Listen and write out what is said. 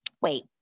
Wait